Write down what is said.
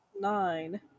nine